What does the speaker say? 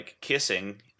kissing